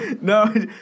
No